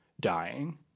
dying